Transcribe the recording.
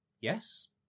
Yes